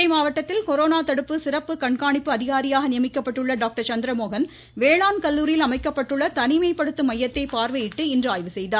மதுரை மாவட்டத்தில் கொரோனா தடுப்பு சிறப்பு கண்காணிப்பு அதிகாரியாக நியமிக்கப்பட்டுள்ள வேளாண் கல்லூரியில் அமைக்கப்பட்டுள்ள தனிமைப்படுத்தும் மையத்தை பார்வையிட்டு இன்று ஆய்வு செய்தார்